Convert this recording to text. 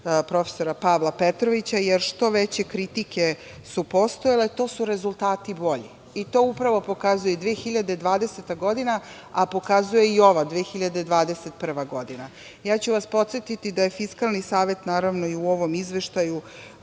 profesora Pavla Petrovića, jer što veće kritike su postojale, to su rezultati bolji. To upravo pokazuje 2020. godina, a pokazuje i ova 2021. godina. Podsetiću vas da je Fiskalni savet, naravno i u ovom izveštaju,